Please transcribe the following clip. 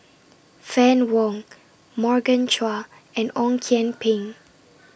Fann Wong Morgan Chua and Ong Kian Peng